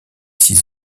six